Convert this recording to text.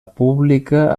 pública